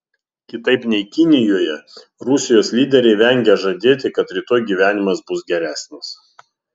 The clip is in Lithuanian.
kitaip nei kinijoje rusijos lyderiai vengia žadėti kad rytoj gyvenimas bus geresnis